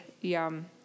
Yum